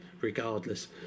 regardless